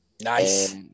Nice